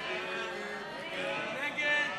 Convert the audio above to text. ועדת הכנסת לתיקון סעיף 9 לתקנון